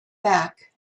back